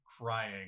crying